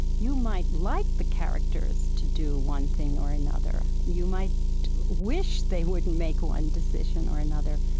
you might like the characters to do one thing or another, you might wish they would make one decision or another,